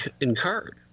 incurred